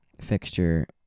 fixture